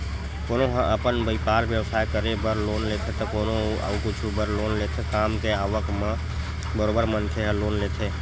कोनो ह अपन बइपार बेवसाय करे बर लोन लेथे त कोनो अउ कुछु बर लोन लेथे काम के आवक म बरोबर मनखे ह लोन लेथे